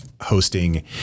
hosting